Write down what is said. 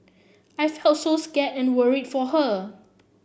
I felt so scared and worried for her